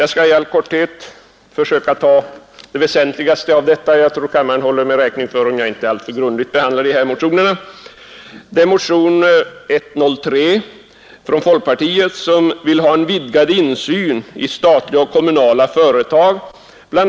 Jag skall i korthet försöka kommentera det väsentligaste i dessa motioner. Jag tror kammaren håller mig räkning för om jag inte behandlar dem alltför ingående. I motionen 103 från folkpartiet begär man en vidgad insyn i statliga och kommunala företag. Bl.